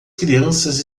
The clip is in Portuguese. crianças